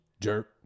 Jerk